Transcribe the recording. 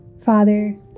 Father